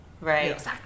Right